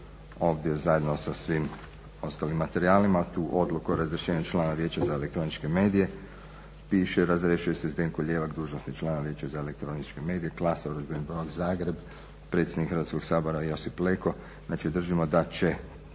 ovdje zajedno sa svim ostalim materijalima tu odluku o razrješenju člana Vijeća za elektroničke medije piše razrješuje se Zdenko Ljevak dužnosti člana Vijeća za elektroničke medije, klasa, urudžbeni broj, Zagreb, predsjednik Hrvatskoga sabora Josip Leko. Znači držimo da će